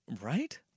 Right